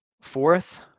Fourth